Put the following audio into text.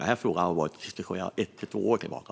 Den har varit aktuell minst ett till två år tillbaka.